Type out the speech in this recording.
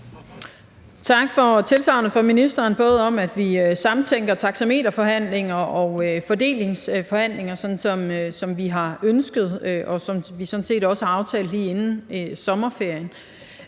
Tak for tilsagnet fra ministeren om, at vi samtænker taxameterforhandlinger og fordelingsforhandlinger, sådan som det har været ønsket, og som vi sådan set også aftalte lige inden sommerferien.